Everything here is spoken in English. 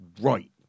right